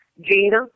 Gina